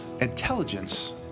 intelligence